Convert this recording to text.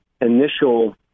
initial